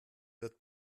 wird